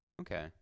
Okay